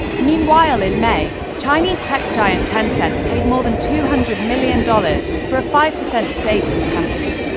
meanwhile in may, chinese tech giant tencent paid more than two hundred million dollars for a five percent stake in the company.